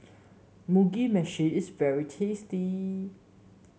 Mugi Meshi is very tasty